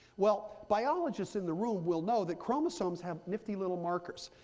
well, biologists in the room will know that chromosomes have nifty little markers.